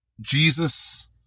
Jesus